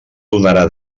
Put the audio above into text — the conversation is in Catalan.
donarà